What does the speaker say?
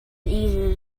easier